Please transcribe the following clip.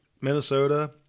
Minnesota